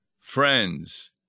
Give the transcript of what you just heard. friends